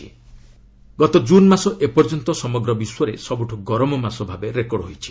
hottest କୋନ୍ ଗତ ଜୁନ୍ ମାସ ଏପର୍ଯ୍ୟନ୍ତ ସମଗ୍ର ବିଶ୍ୱରେ ସବୁଠୁ ଗରମ ମାସ ଭାବେ ରେକର୍ଡ଼ ହୋଇଛି